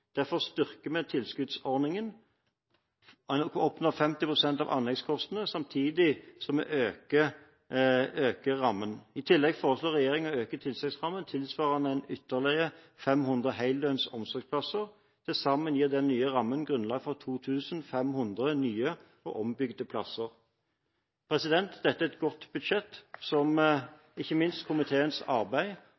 Derfor styrker vi tilskuddsordningen, og vi foreslår å øke til 50 pst. av anleggskostnadene samtidig som vi øker rammen. I tillegg foreslår regjeringen å øke tilsagnsrammen tilsvarende ytterligere 500 heldøgns omsorgsplasser. Til sammen gir den nye rammen grunnlag for 2 500 nye og ombygde plasser. Dette er et godt budsjett som